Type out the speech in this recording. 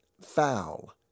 foul